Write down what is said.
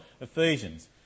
Ephesians